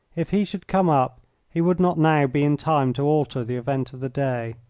if he should come up he would not now be in time to alter the event of the day.